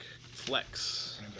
flex